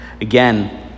Again